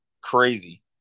crazy